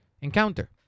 encounter